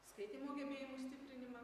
skaitymo gebėjimų stiprinimą